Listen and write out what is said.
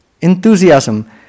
enthusiasm